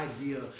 idea